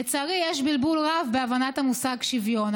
לצערי יש בלבול רב בהבנת המושג שוויון.